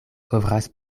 kovras